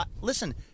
listen